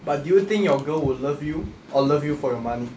but do you think your girl would love you or love you for your money